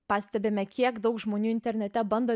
pastebime kiek daug žmonių internete bando